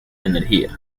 energía